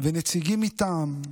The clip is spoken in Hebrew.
ונציגים מטעם,